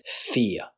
Fear